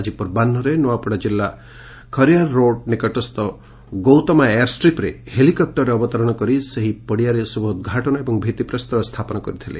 ଆକି ପୂର୍ବାହ୍ବରେ ନ୍ଆପଡା ଜିଲ୍ଲା ଖରିଆରରୋଡ଼ ନିକଟସ୍ତ ଗୌତମା ଏୟାରଷ୍ଟିପରେ ହେଲିକପୁରରେ ଅବତରଣ କରି ସେହି ପଡ଼ିଆରେ ଶୁଭ ଉଦ୍ଘାଟନ ଏବଂ ଭିଉିପ୍ରସ୍ତର ସ୍ରାପନ କରିଥିଲେ